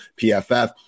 PFF